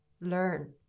learn